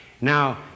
Now